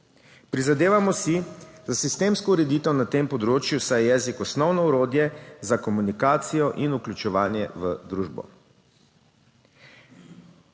Prizadevamo si za sistemsko ureditev na tem področju, saj je jezik osnovno orodje za komunikacijo in vključevanje v družbo.